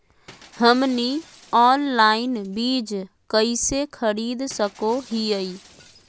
हमनी ऑनलाइन बीज कइसे खरीद सको हीयइ?